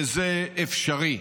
וזה אפשרי.